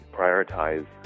prioritize